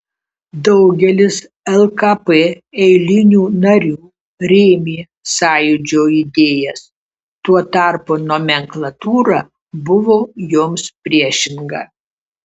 daugelis lkp eilinių narių rėmė sąjūdžio idėjas tuo tarpu nomenklatūra buvo joms priešinga